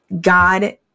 God